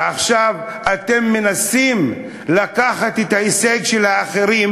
ועכשיו אתם מנסים לקחת את ההישג של האחרים,